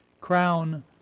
crown